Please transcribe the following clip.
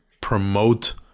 promote